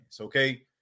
okay